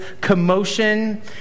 commotion